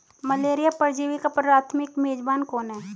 Malaria परजीवी का प्राथमिक मेजबान कौन है?